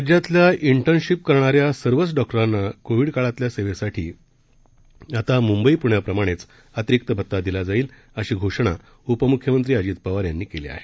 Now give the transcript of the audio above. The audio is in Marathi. राज्यातल्या इंटर्नशीपकरणाऱ्यासर्वचडॉक्टरांनाकोविडकाळातल्यासेवेसाठीआताम्ंबई प्ण्याप्रमाणेचअतिरिक्तभतादिलाजाईल अशीघोषणाउपम्ख्यमंत्रीअजितपवारयांनीकेलीआहे